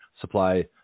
supply